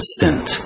sent